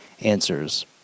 answers